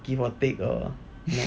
give or take or no